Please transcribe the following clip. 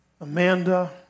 Amanda